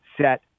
set